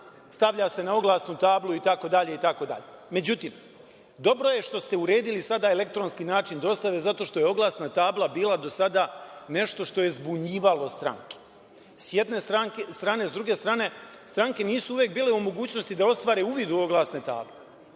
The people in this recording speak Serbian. stavlja se na oglasnu tablu itd.Međutim, dobro je što se uredili elektronski način dostave jer je oglasna tabla bila do sada nešto što je zbunjivalo stranke sa jedne strane, a sa druge strane, stranke nisu uvek bile u mogućnosti da ostvare uvid u oglasne table.